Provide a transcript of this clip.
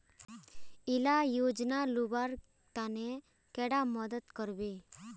इला योजनार लुबार तने कैडा मदद करबे?